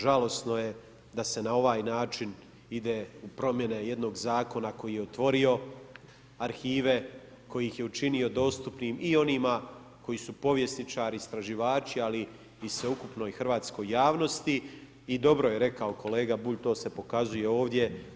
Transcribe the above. Žalosno je da se na ovaj način ide u promjene jednog Zakona koji je otvorio arhive, koji ih je učinio dostupnim i onima koji su povjesničari, istraživači, ali i sveukupnoj hrvatskoj javnosti i dobro je kolega Bulj, to se pokazuje ovdje.